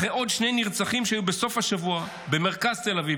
אחרי עוד שני נרצחים שהיו בסוף השבוע במרכז תל אביב,